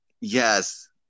Yes